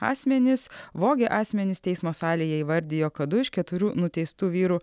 asmenys vogę asmenys teismo salėje įvardijo kad du iš keturių nuteistų vyrų